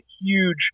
huge